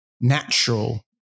natural